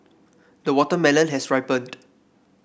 the watermelon has ripened